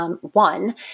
One